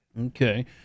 Okay